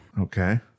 Okay